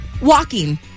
walking